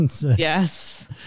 Yes